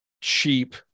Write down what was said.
cheap